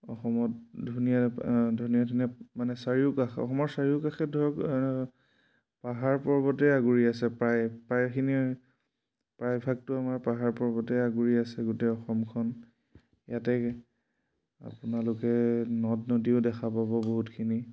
অসমত ধুনীয়া ধুনীয়া ধুনীয়া মানে চাৰিওকাষ অসমৰ চাৰিওকাষে ধৰক পাহাৰ পৰ্বতে আগুৰি আছে প্ৰায় প্ৰায়খিনিয়ে প্ৰায়ভাগটো আমাৰ পাহাৰ পৰ্বতে আগুৰি আছে গোটেই অসমখন ইয়াতে আপোনালোকে নদ নদীও দেখা পাব বহুতখিনি